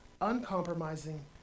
uncompromising